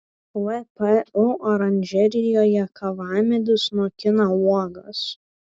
vpu oranžerijoje kavamedis nokina uogas